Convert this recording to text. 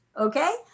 okay